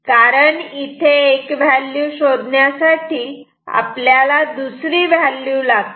कारण इथे एक व्हॅल्यू शोधण्यासाठी आपल्याला दुसरी व्हॅल्यू लागते